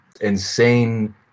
insane